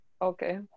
okay